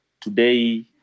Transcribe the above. today